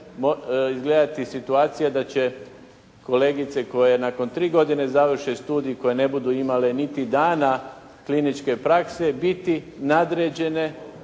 izgledati situacija da će kolegice koje nakon tri godine koje završe studij, koje ne budu imale niti dana kliničke prakse, biti nadređene